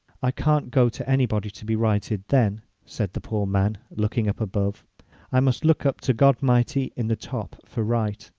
i can't go to any body to be righted then' said the poor man, looking up above i must look up to god mighty in the top for right